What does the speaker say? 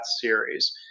series